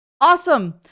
Awesome